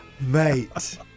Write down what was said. Mate